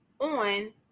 on